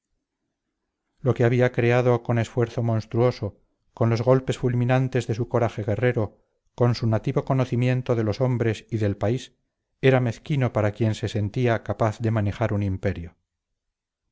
lo que había creado con esfuerzo monstruoso con los golpes fulminantes de su coraje guerrero con su nativo conocimiento de los hombres y del país era mezquino para quien se sentía capaz de manejar un imperio